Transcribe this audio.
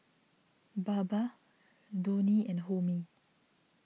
Baba Dhoni and Homi